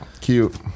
Cute